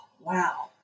wow